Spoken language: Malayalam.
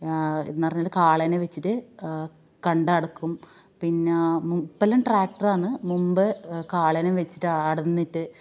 എന്നു പറഞ്ഞാൽ കാളേനെ വെച്ചിട്ട് കണ്ടടക്കും പിന്നെ മുപ്പെല്ലാം ട്രാക്ടറാന്നു മുൻപ് കാളേനെ വെച്ചിട്ടാടെ നിന്നിട്ട്